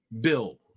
Bill